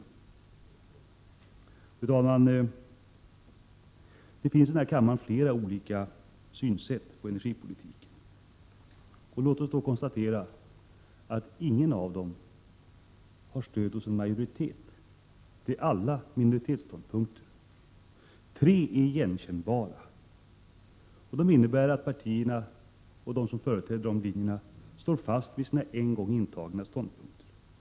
Fru talman! Det finns i den här kammaren flera olika sätt att se på energipolitiken. Låt oss konstatera att inget av dem har stöd av en majoritet. Alla är minoritetsståndpunkter. Tre av dem är igenkännbara, och de partier och ledamöter som står bakom dem står fast vid sina en gång intagna ståndpunkter.